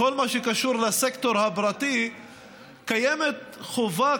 בכל מה שקשור לסקטור הפרטי קיימת חובה